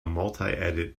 multiedit